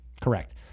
Correct